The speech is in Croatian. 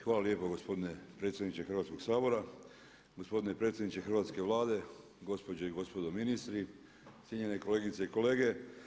Hvala lijepa gospodine predsjedniče Hrvatskog sabora, gospodine predsjedniče hrvatske Vlade, gospođe i gospodo ministri, cijenjene kolegice i kolege.